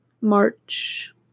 March